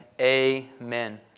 Amen